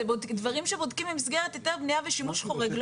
זה דברים שבודקים במסגרת היתר בנייה ושימוש חורג,